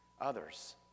others